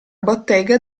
bottega